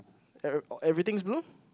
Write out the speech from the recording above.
every~ everything is blue